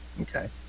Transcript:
Okay